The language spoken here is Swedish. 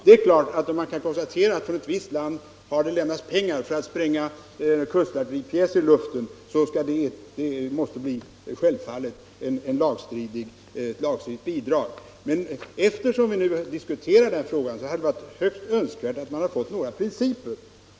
Det är klart att om man kan konstatera att det från ett visst land har lämnats pengar för att spränga kustartilleripjäser i luften, så måste det vara ett lagstridigt bidrag. Men eftersom vi nu diskuterar den här frågan hade det varit högst önskvärt att man fått några principer.